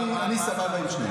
יש כאלה שעולים על שולחנות.